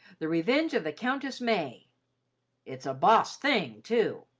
the revenge of the countess may it's a boss thing, too.